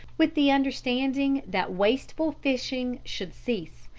with the understanding that wasteful fishing should cease,